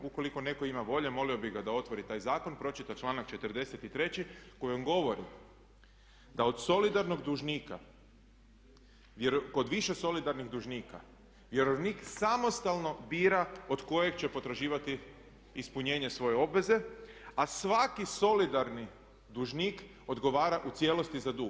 Ukoliko netko ima volje molio bih da otvori taj zakon, pročita članak 43. koji govori da od solidarnog dužnika, kod više solidarnih dužnika vjerovnik samostalno bira od kojeg će potraživati ispunjenje svoje obveze, a svaki solidarni dužnik odgovara u cijelosti za dug.